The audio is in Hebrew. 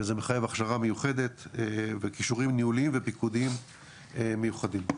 וזה מחייב הכשרה מיוחדת וכישורים ניהוליים ופיקודיים מיוחדים.